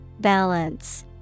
Balance